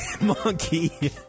monkey